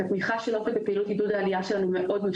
התמיכה של אופק לפעילות עידוד העלייה שלנו מאוד מאוד משמעותית,